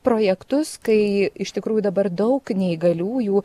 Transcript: projektus kai iš tikrųjų dabar daug neįgaliųjų